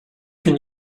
can